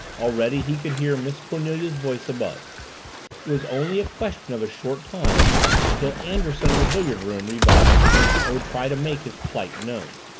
already he could hear miss cornelia's voice above it was only a question of a short time until anderson in the billiard room revived and would try to make his plight known.